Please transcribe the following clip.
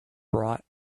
brought